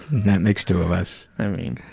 that makes two of us. i mean,